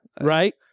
Right